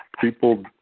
people